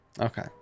Okay